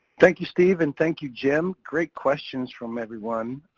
thank you steve, and thank you jim. great questions from everyone.